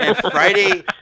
Friday